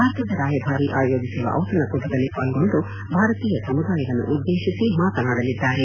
ಭಾರತದ ರಾಯಭಾರಿ ಆಯೋಜಿಸಿರುವ ಔತಣಕೂಟದಲ್ಲಿ ಪಾಲ್ಗೊಂಡು ಭಾರತೀಯ ಸಮುದಾಯವನ್ನುದ್ದೇಶಿಸಿ ಮಾತನಾಡಲಿದ್ದಾರೆ